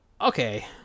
okay